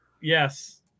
Yes